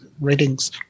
ratings